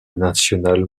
nationale